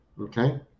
okay